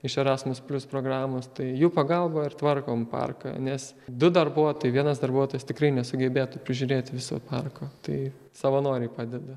iš erasmus plius programos tai jų pagalba ir tvarkom parką nes du darbuotojai vienas darbuotojas tikrai nesugebėtų prižiūrėti viso parko tai savanoriai padeda